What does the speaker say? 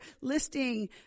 listing